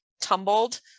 tumbled